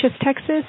Texas